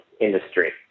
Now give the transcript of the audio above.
industry